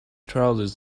trousers